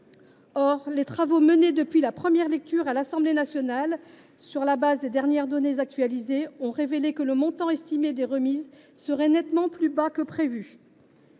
les travaux menés depuis la première lecture à l’Assemblée nationale, sur le fondement des dernières données actualisées, ont révélé que le montant estimé des remises serait nettement plus bas que prévu.